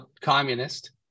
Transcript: communist